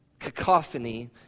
cacophony